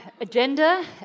agenda